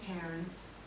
parents